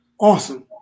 awesome